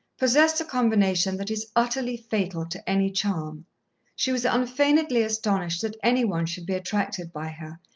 possessed a combination that is utterly fatal to any charm she was unfeignedly astonished that any one should be attracted by her,